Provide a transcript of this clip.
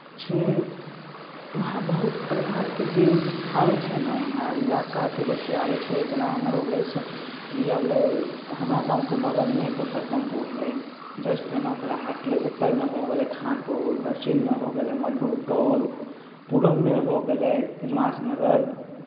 छियै वहाँ बहुत प्रकारके जे आबै छै ने वहाँ इलाकाके बच्चा आबै छै जेना एम्हर हो गेलै ई हो गेलै हमरा गाँवके बगलमे पुरुषोत्तमपुर हइ जस्ट फेन नौखलहाके उत्तरमे हो गेलै खानपुर दक्षिणमे हो गेलै माडू टोल पूरबमे हो गेलै इनमास नगर